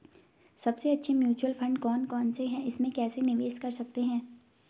सबसे अच्छे mutual fund कौन कौनसे हैं इसमें कैसे निवेश कर सकते हैं?